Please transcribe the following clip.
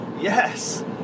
Yes